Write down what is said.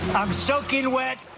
i'm soaking wet.